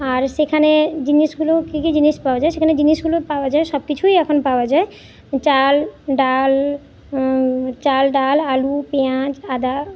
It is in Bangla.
আর সেখানে জিনিসগুলো কী কী জিনিস পাওয়া যায় সেখানে জিনিসগুলো পাওয়া যায় সবকিছুই এখন পাওয়া যায় চাল ডাল চাল ডাল আলু পেঁয়াজ আদা